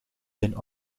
zijn